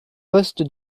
poste